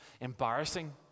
embarrassing